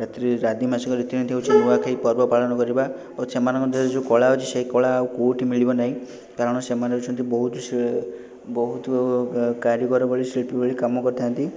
ରାତ୍ରୀ ଆଦିବାସୀ ରୀତିନୀତି ହେଉଛି ନୂଆଖାଇ ପର୍ବ ପାଳନ କରିବା ଓ ସେମାନଙ୍କ ଦେହରେ ଯେଉଁ କଳା ଅଛି ସେଇ କଳା ଆଉ କେଉଁଠି ମିଳିବ ନାହିଁ କାରଣ ସେମାନେ ହେଉଛନ୍ତି ବହୁତ ସିଏ ବହୁତ କାରିଗର ଭଳି ଶିଳ୍ପୀ ଭଳି କାମ କରିଥାନ୍ତି